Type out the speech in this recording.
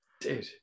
Dude